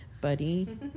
Buddy